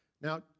Now